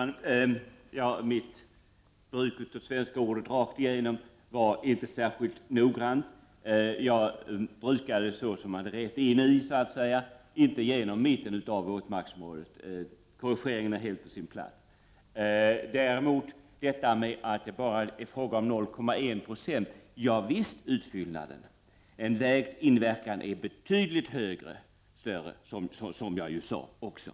Herr talman! Uttrycket ”rakt igenom” i interpellationen var inte särskilt väl valt. Jag använde det i betydelsen ”rätt in i”, inte ”genom mitten av” våtmarksområdet. Korrigeringen är helt på sin plats. Statsrådet säger att det bara är fråga om 0,1 96. Ja visst, det gäller utfyllnaden. Men en vägs inverkan är betydligt större, som jag också sade. Så